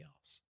else